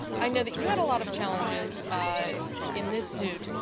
i know that you had a lot of challenges in this suit.